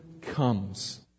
comes